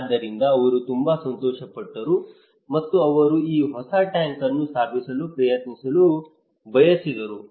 ಆದ್ದರಿಂದ ಅವರು ತುಂಬಾ ಸಂತೋಷಪಟ್ಟರು ಮತ್ತು ಅವರು ಈ ಹೊಸ ಟ್ಯಾಂಕ್ ಅನ್ನು ಸ್ಥಾಪಿಸಲು ಪ್ರಯತ್ನಿಸಲು ಬಯಸಿದರು